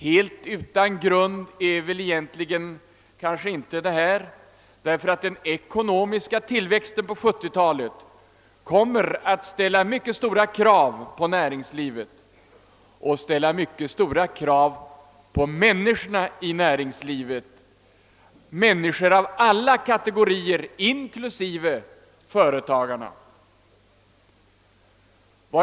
Detta är kanske egentligen inte helt utan grund, eftersom den ekonomiska tillväxten på 1970-talet kommer att ställa mycket stora krav på näringslivet och på människorna i näringslivet, människor av alla kategorier, inklusive företagarna.